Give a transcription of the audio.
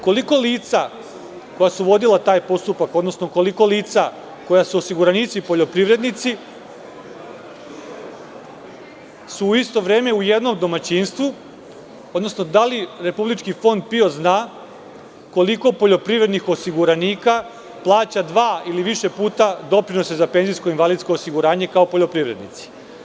Koliko lica koja su vodila taj postupak, odnosno koliko lica koja su osiguranici poljoprivrednici su u isto vreme u jednom domaćinstvu, odnosno da li Republički fond za penzijsko i invalidsko osiguranje zna koliko poljoprivrednih osiguranika plaća dva ili više puta doprinose za penzijsko i invalidsko osiguranje kao poljoprivrednici?